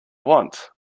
want